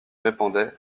répandait